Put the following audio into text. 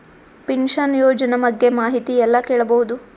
Pension ಯೋಜನ ಬಗ್ಗೆ ಮಾಹಿತಿ ಎಲ್ಲ ಕೇಳಬಹುದು?